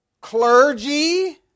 clergy